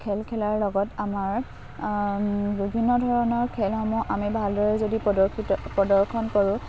খেল খেলাৰ লগত আমাৰ বিভিন্ন ধৰণৰ খেলসমূহ আমি ভালদৰে যদি প্ৰদৰ্শিত প্ৰদৰ্শন কৰোঁ